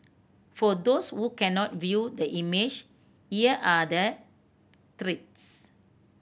for those who can not view the image here are the threats